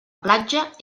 platja